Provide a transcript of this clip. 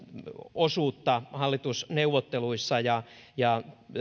osuutta hallitusneuvotteluissa ja ja